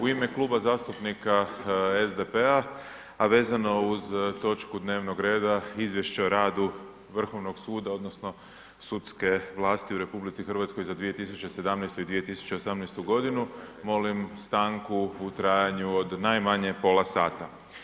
U ime Kluba zastupnika SDP-a, a vezano uz točku dnevnog reda Izvješće o radu Vrhovnog suda odnosno sudske vlasti u RH za 2017. i 2018.g. molim stanku u trajanju od najmanje pola sata.